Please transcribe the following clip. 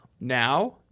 Now